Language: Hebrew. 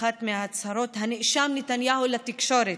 באחת מהצהרות הנאשם נתניהו לתקשורת,